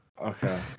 Okay